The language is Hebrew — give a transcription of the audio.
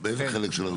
באיזה חלק של הרגולציה?